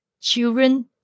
children